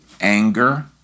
anger